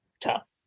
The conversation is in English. tough